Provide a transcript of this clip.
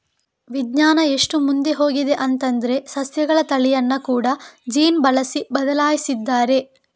ವಿಜ್ಞಾನ ಎಷ್ಟು ಮುಂದೆ ಹೋಗಿದೆ ಅಂತಂದ್ರೆ ಸಸ್ಯಗಳ ತಳಿಯನ್ನ ಕೂಡಾ ಜೀನ್ ಬಳಸಿ ಬದ್ಲಾಯಿಸಿದ್ದಾರೆ